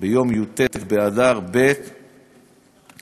ביום י"ט באדר ב' התשע"ו,